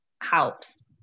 helps